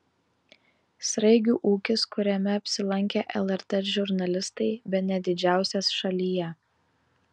sraigių ūkis kuriame apsilankė lrt žurnalistai bene didžiausias šalyje